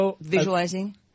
visualizing